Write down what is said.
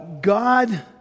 God